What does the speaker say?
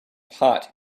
pot